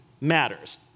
matters